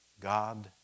God